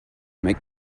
make